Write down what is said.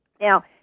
Now